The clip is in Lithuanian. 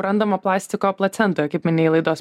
randama plastiko placentoj kaip minėjai laidos